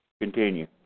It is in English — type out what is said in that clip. Continue